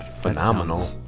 phenomenal